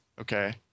okay